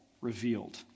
revealed